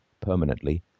permanently